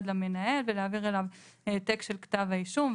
למנהל ולהעביר אליו העתק של כתב האישום,